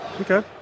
Okay